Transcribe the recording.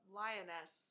lioness